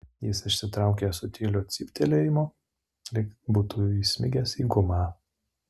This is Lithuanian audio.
jis išsitraukė su tyliu cyptelėjimu lyg būtų įsmigęs į gumą